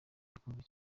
yakunzwe